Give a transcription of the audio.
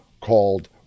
called